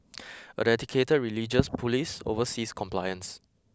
a dedicated religious police oversees compliance